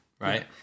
right